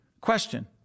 Question